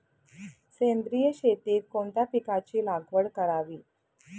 सेंद्रिय शेतीत कोणत्या पिकाची लागवड करावी?